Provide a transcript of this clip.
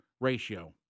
ratio